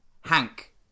Hank